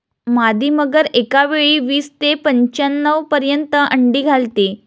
मादी मगर एकावेळी वीस ते पंच्याण्णव पर्यंत अंडी घालते